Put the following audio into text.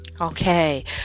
Okay